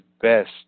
best